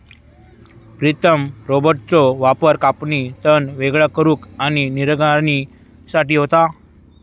प्रीतम रोबोट्सचो वापर कापणी, तण वेगळा करुक आणि निगराणी साठी होता